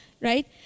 right